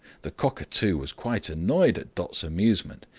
the cockatoo was quite annoyed at dot's amusement.